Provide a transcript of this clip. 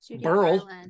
Burl